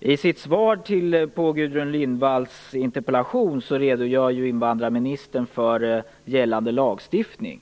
I sitt svar på Gudrun Lindvalls interpellation redogör invandrarministern för gällande lagstiftning.